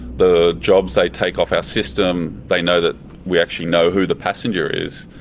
the jobs they take off our system, they know that we actually know who the passenger is.